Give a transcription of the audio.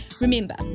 Remember